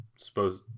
Suppose